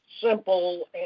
simple